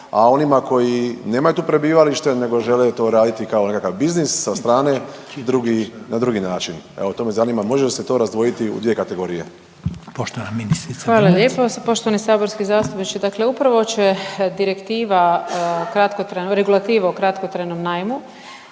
a onima koji nemaju tu prebivalište nego žele to raditi kao nekakav biznis sa strane, na drugi način. Evo to me zanima može li se to razdvojiti u dvije kategorije. **Reiner, Željko (HDZ)** Poštovana ministrica Brnjac. **Brnjac, Nikolina (HDZ)** Hvala lijepo poštovani saborski zastupniče. Dakle, upravo će direktiva, regulativa o kratkotrajnom najmu